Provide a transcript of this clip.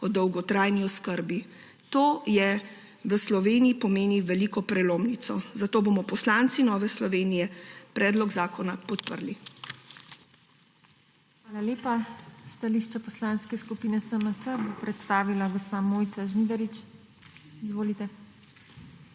o dolgotrajni oskrbi. To v Sloveniji pomeni veliko prelomnico, zato bomo poslanci Nove Slovenije predlog zakona podprli. **PODPREDSEDNICA TINA HEFERLE:** Hvala lepa. Stališče Poslanske skupine SMC bo predstavila gospa Mojca Žnidarič. Izvolite.